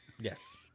Yes